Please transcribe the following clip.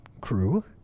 crew